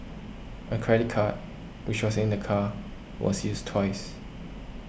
a credit card which was in the car was used twice